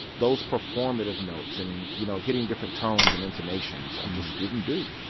those performative notes and, you know, hitting different tones and intonations, i just didn't do.